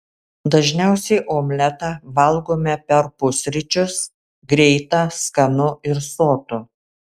dažniausiai omletą valgome per pusryčius greita skanu ir sotu